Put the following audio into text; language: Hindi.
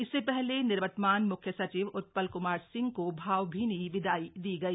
इससे हले निवर्तमान मुख्य सचिव उत्सल क्मार सिंह को भावभीनी विदाई दी गई